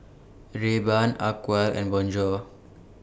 Rayban Acwell and Bonjour